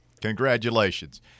congratulations